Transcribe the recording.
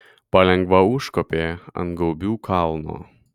palengva užkopė ant gaubių kalno